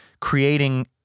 creating